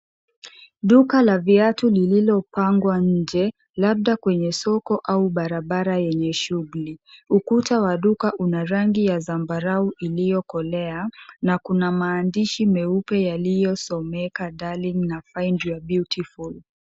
Duka la viatu lililopangwa nje, labda kwenye soko au barabara yenye shughuli. Ukuta wa duka Una rangi ya sambarau iliyokolea na kuna maandishi meupe yaliyosomeka " darling na find your beautiful .